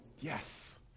Yes